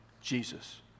Jesus